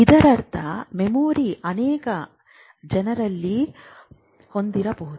ಇದರರ್ಥ ಮೆಮೊರಿ ಅನೇಕ ಜನರನ್ನು ಹೊಂದಿರಬಹುದು